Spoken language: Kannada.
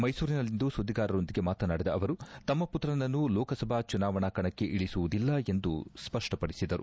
ಮೈಸೂರಿನಲ್ಲಿಂದು ಸುದ್ದಿಗಾರರೊಂದಿಗೆ ಮಾತನಾಡಿದ ಅವರು ತಮ್ಮ ಪುತ್ರನನ್ನು ಲೋಕಸಭಾ ಚುನಾವಣ ಕಣಕ್ಕೆ ಇಳಿಸುವುದಿಲ್ಲ ಎಂದು ಸ್ಪಷ್ಟ ಪಡಿಸಿದರು